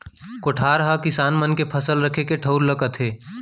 कोठार हकिसान मन के फसल रखे के ठउर ल कथें